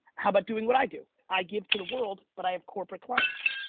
how about doing what i do? i give to the world but i have corporate clients.